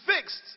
fixed